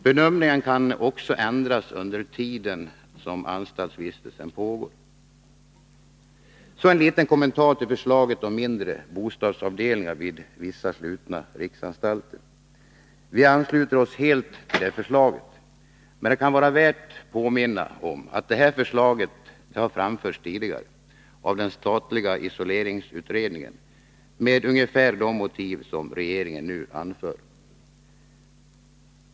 Bedömningen kan också ändras under den tid anstaltsvistelsen pågår. Jag vill så göra en liten kommentar till förslaget om mindre bostadsavdelningar vid vissa slutna riksanstalter. Vi ansluter oss helt till det förslaget. Men det kan vara värt att påminna om att förslaget har framförts tidigare av den statliga isoleringsutredningen med ungefär de motiv som regeringen nu anför.